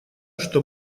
что